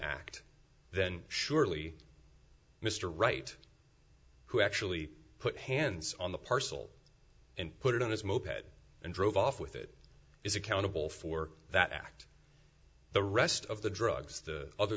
act then surely mr wright who actually put hands on the parcel and put it on his moped and drove off with it is accountable for that act the rest of the drugs the other